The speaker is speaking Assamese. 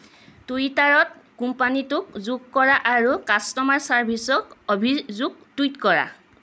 টুইটাৰত কোম্পানীটোক যোগ কৰা আৰু কাষ্টমাৰ চাৰ্ভিছক অভিযোগ টুইট কৰা